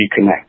reconnect